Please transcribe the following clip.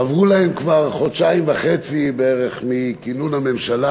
עברו להם כבר חודשיים וחצי בערך מכינון הממשלה